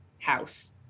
house